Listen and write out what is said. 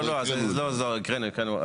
לא לא, הקראנו.